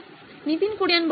নীতিন কুরিয়ান হ্যাঁ